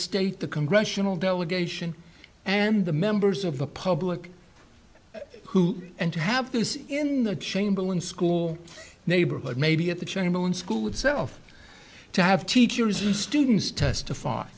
state the congressional delegation and the members of the public who and to have this in the chamberlain school neighborhood maybe at the chamberlain school itself to have teachers and students testify